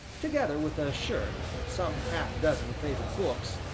together with a shirt, some half-dozen favorite books,